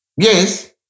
Yes